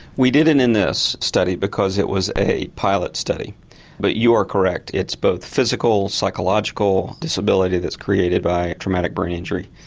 we didn't in the study because it was a pilot study but you are correct, it's both physical, psychological disability that's created by a traumatic brain injury.